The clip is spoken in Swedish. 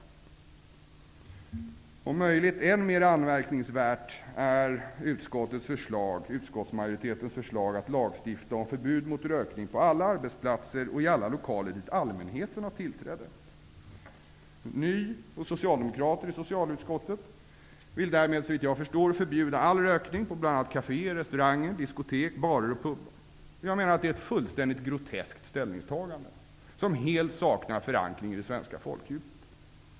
Om möjligt än mer anmärkningsvärt är utskottsmajoritetens förslag att lagstifta om förbud mot rökning på alla arbetsplatser och i alla lokaler dit allmänheten har tillträde. Nydemokrater och socialdemokrater i utskottet vill därmed, såvitt jag förstår, förbjuda all rökning på bl.a. kaféer, restauranger, diskotek, barer och pubar. Jag menar att det är ett fullständigt groteskt ställningstagande, som helt saknar förankring i det svenska folkdjupet.